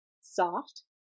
Soft